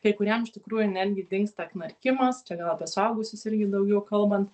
kai kuriem iš tikrųjų netgi dingsta knarkimas čia gal apie suaugusius irgi daugiau kalbant